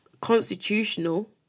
constitutional